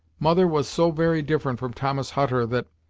mother was so very different from thomas hutter, that,